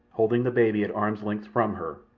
holding the baby at arm's length from her,